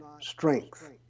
strength